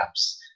apps